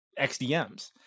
xdms